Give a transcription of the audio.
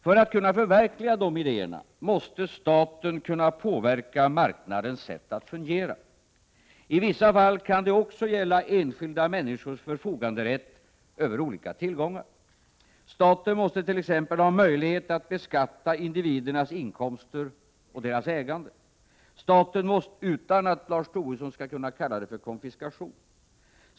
, För att kunna förverkliga dessa idéer måste staten kunna påverka marknadens sätt att fungera. I vissa fall kan det gälla enskilda människors rätt att förfoga över olika tillgångar. Staten måste t.ex. ha möjlighet att beskatta individernas inkomster och deras ägande utan att Lars Tobisson skall kunna kalla det för konfiskation.